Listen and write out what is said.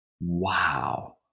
Wow